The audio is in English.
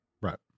Right